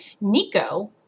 Nico